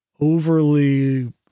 overly